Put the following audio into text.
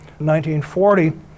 1940